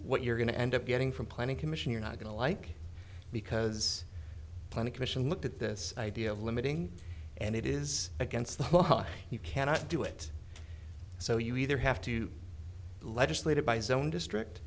you're going to end up getting from planning commission you're not going to like because planning commission looked at this idea of limiting and it is against the law you cannot do it so you either have to legislate it by his own district